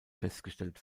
festgestellt